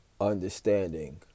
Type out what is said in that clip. understanding